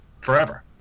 forever